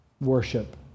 worship